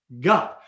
God